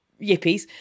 yippies